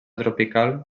tropical